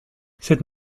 cette